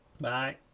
Bye